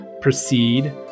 proceed